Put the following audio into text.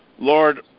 Lord